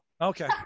Okay